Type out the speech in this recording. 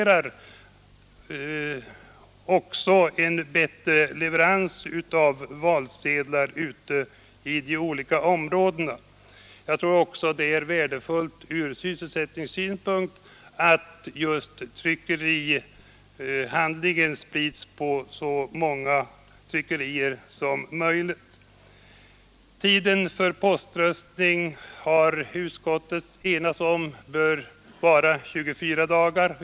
Jag tror garanterar en bättre leverans av valsedlar ute i de olik också det är väsentligt ur sysselsättningssynpunkt att just trycknings arbetet sprids på så många tryckerier som möjligt. Utskottet har enats om att tiden för poströstning bör vara 24 dagar.